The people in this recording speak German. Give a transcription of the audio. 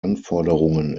anforderungen